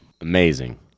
Amazing